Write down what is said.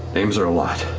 names are a lot.